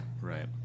Right